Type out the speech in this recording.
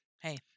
hey